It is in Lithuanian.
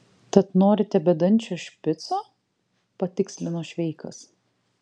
tad norite bedančio špico patikslino šveikas